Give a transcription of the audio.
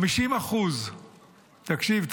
תקשיב,